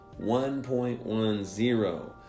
1.10